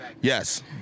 Yes